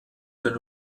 den